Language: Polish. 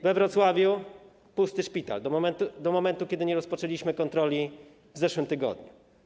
We Wrocławiu pusty szpital do momentu, kiedy nie rozpoczęliśmy kontroli w zeszłym tygodniu.